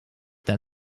that